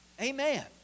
Amen